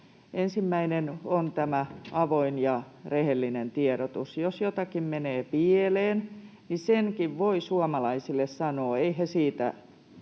Ensimmäinen on avoin ja rehellinen tiedotus. Jos jotakin menee pieleen, niin senkin voi suomalaisille sanoa.